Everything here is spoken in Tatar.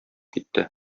китте